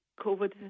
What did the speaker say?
COVID